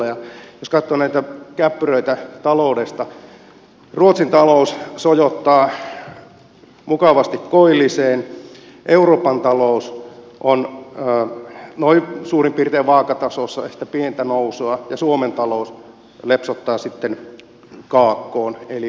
jos katsoo näitä käppyröitä taloudesta ruotsin talous sojottaa mukavasti koilliseen euroopan talous on noin suurin piirtein vaakatasossa ehkä pientä nousua ja suomen talous lepsottaa sitten kaakkoon eli alaspäin